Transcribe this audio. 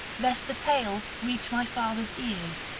lest the tale reach my father's ears.